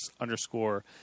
underscore